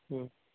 হুম